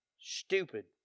stupid